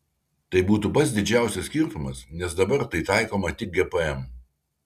tai būtų pats didžiausias skirtumas nes dabar tai taikoma tik gpm